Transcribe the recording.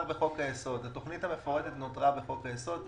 התוכנית המפורטת נותרה בחוק היסוד.